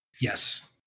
Yes